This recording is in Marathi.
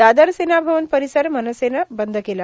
दादर सेना भवन परिसर मनसेनं बंद केला